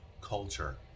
culture